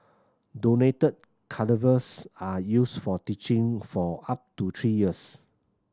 donated cadavers are used for teaching for up to three years